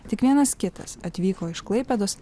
tik vienas kitas atvyko iš klaipėdos